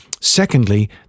Secondly